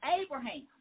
Abraham